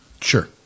Sure